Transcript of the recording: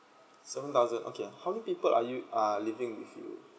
seven thousand okay how many people are you uh living with you